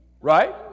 Right